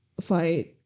fight